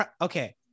okay